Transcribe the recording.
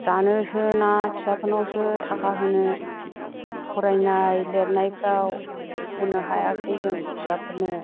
जानोसो ना फिसाफोरनावसो थाखा होनो फरायनाय लिरनायफ्राव होनो हायाखिसै जों फिसाफोरनो